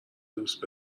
دوست